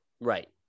Right